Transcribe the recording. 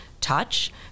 touch